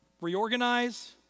Reorganize